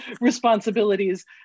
responsibilities